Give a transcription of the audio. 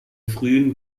frühen